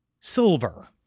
silver